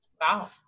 Wow